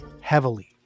heavily